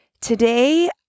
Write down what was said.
today